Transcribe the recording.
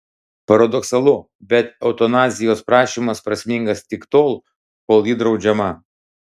paradoksalu bet eutanazijos prašymas prasmingas tik tol kol ji draudžiama